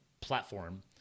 platform